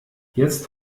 jetzt